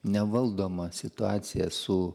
nevaldoma situacija su